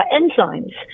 enzymes